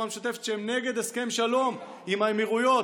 המשותפת שהם נגד הסכם שלום עם האמירויות,